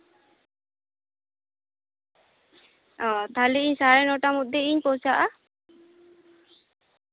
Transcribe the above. ᱚ ᱛᱟᱞᱦᱮ ᱤᱧ ᱥᱟᱲᱮ ᱱᱚ ᱴᱟ ᱢᱚᱫᱽ ᱨᱤᱧ ᱥᱮᱴᱮᱨᱚᱜᱼᱟ